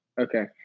Okay